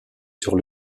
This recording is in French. sur